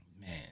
man